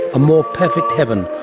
a more perfect heaven,